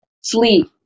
sleep